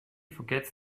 forgets